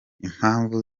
impamvu